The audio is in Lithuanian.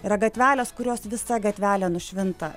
yra gatvelės kurios visa gatvelė nušvinta